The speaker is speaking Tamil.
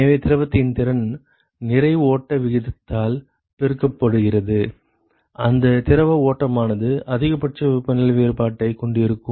எனவே திரவத்தின் திறன் நிறை ஓட்ட விகிதத்தால் பெருக்கப்படுகிறது அந்த திரவ ஓட்டமானது அதிகபட்ச வெப்பநிலை வேறுபாட்டைக் கொண்டிருக்கும்